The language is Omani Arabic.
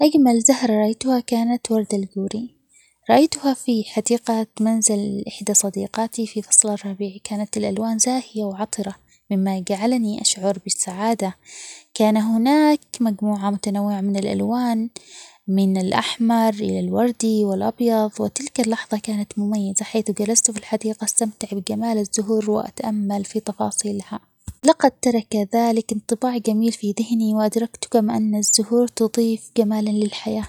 أجمل زهرة رأيتها كانت ورد الجوري، رأيتها في حديقة منزل إحدى صديقاتي في فص الربيع كانت الألوان زاهية وعطرة مما جعلني أشعر بالسعادة، كان هناك مجموعة متنوعة من الألوان من الأحمر إلى الوردي والأبيض وتلك اللحظة كانت مميزة حيث جلست في الحديقة أستمتع بجمال الزهور وأتأمل في تفاصيلها، لقد ترك ذلك انطباع جميل في ذهني وأدركت كم أن الزهور تضيف جمالاً للحياة.